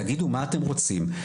תגידו מה אתם רוצים,